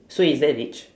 so is that rich